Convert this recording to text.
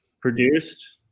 produced